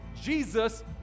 Jesus